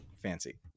Fancy